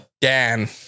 Dan